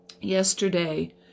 Yesterday